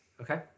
Okay